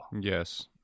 Yes